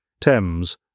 Thames